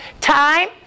time